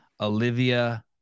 Olivia